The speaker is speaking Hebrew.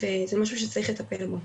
וזה משהו שצריך לטפל בו.